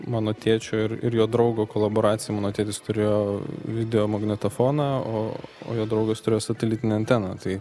mano tėčio ir ir jo draugo kolaboracija mano tėtis turėjo videomagnetofoną o jo draugas turėjo satelitinę anteną tai